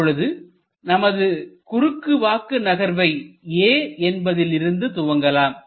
இப்பொழுது நமது குறுக்கு வாக்கு நகர்வை A என்பதிலிருந்து துவங்கலாம்